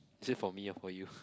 is it for me or for you